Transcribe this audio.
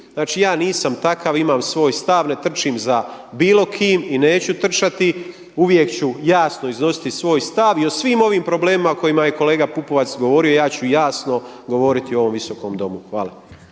Znači, ja nisam takav, imam svoj stav, ne trčim za bilo kim i neću trčati. Uvijek ću jasno iznositi svoj stav i o svim ovi problemima o kojima je kolega Pupovac govorio, ja ću jasno govoriti u ovom visokom Domu. Hvala.